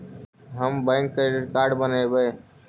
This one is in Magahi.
हम बैक क्रेडिट कार्ड बनैवो?